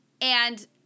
and-